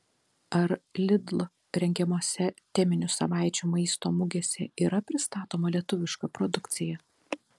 ar lidl rengiamose teminių savaičių maisto mugėse yra pristatoma lietuviška produkcija